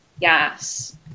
Yes